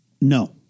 No